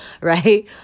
right